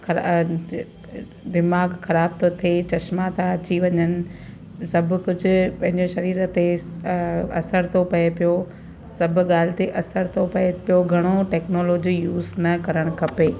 खर दिमाग़ु ख़राबु थो थिए चश्मा था अची वञनि सभु कुझु पंहिंजो शरीर ते असरु थो पए पियो सभु ॻाल्हि ते असरु थो पए पियो घणो टैक्नोलॉजी यूस न करणु खपे